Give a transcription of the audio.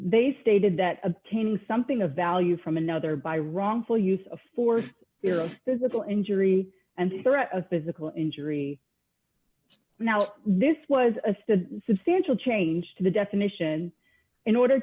they stated that obtaining something of value from another by wrongful use of force fear of physical injury and threat of physical injury now this was a substantial change to the definition in order